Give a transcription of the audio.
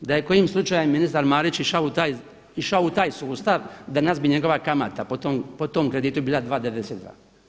Da je kojim slučajem ministar Marić išao u taj sustav danas bi njegova kamata po tom kreditu bila 2,92.